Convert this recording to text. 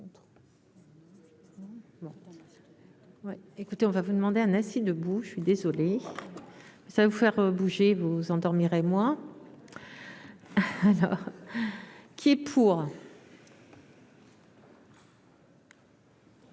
écoutez on va vous demander un assis debout, je suis désolé, ça va vous faire bouger vous endormir et moi. Alors. Qui est pour.